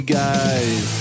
guys